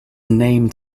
named